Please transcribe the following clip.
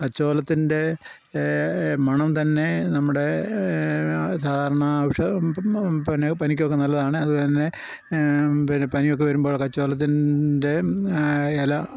കച്ചോലത്തിൻ്റെ മണം തന്നെ നമ്മുടെ സാധാരണ ഔഷധ പിന്നെ പനിക്കൊക്കെ നല്ലതാണ് അതുതന്നെ പിന്നെ പനിയൊക്കെ വരുമ്പോൾ കച്ചോലത്തിൻ്റെ ഇല